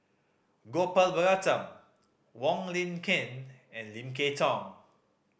Gopal Baratham Wong Lin Ken and Lim Kay Tong